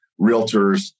realtors